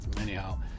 Anyhow